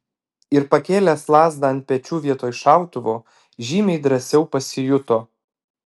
ir pakėlęs lazdą ant pečių vietoj šautuvo žymiai drąsiau pasijuto